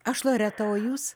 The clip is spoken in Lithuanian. aš loreta o jūs